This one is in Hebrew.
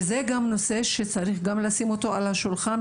וזה נושא שצריך גם כן לשים אותו על השולחן,